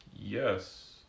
Yes